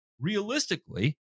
realistically